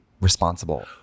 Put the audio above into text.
responsible